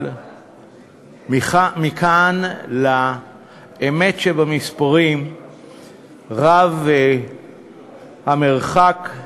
אבל מכאן לאמת שבמספרים רב המרחק.